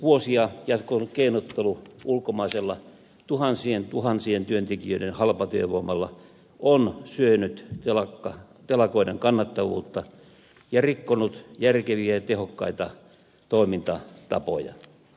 vuosia jatkunut keinottelu ulkomaisella tuhansien tuhansien työntekijöiden halpatyövoimalla on syönyt telakoiden kannattavuutta ja rikkonut järkeviä ja tehokkaita toimintatapoja